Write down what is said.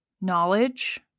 knowledge